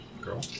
Girl